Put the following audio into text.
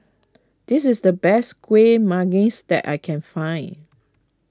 this is the best Kueh Manggis that I can find